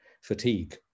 fatigue